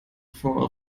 for